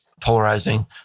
polarizing